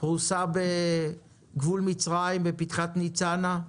בגבול מצרים בפתחת ניצנה,